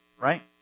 Right